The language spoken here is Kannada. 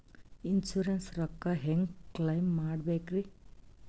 ಇನ್ಸೂರೆನ್ಸ್ ರೊಕ್ಕ ಹೆಂಗ ಕ್ಲೈಮ ಮಾಡ್ಬೇಕ್ರಿ?